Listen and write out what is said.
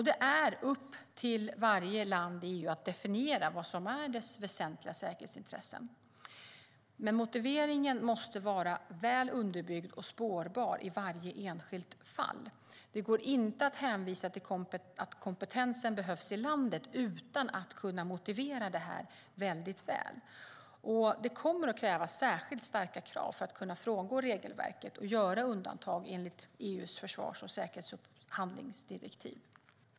Det är upp till varje land i EU att definiera vad som är dess väsentliga säkerhetsintressen, men motiveringen måste vara väl underbyggd och spårbar i varje enskilt fall. Det går inte att hänvisa till att kompetensen behövs i landet utan att kunna motivera det väldigt väl. Det kommer att krävas särskilt starka skäl för att frångå regelverket och göra undantag enligt EU:s försvars och säkerhetsupphandlingsdirektiv.